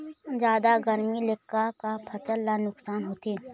जादा गरमी ले का का फसल ला नुकसान होथे?